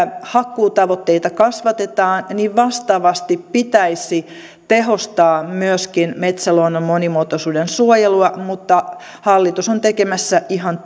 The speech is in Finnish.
hakkuutavoitteita kasvatetaan niin vastaavasti pitäisi tehostaa myöskin metsäluonnon monimuotoisuuden suojelua mutta hallitus on tekemässä ihan